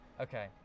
okay